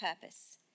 purpose